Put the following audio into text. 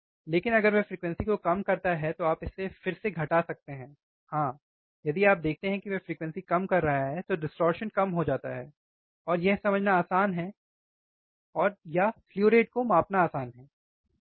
लेकिन अगर वह फ्रीक्वेंसी को कम करता है तो आप इसे फिर से घटा सकते हैं हाँ यदि आप देखते हैं कि वह फ्रीक्वेंसी कम कर रहा है तो डिस्टॉर्शन कम हो जाता है और यह समझना आसान है या स्लु रेट को मापना आसान है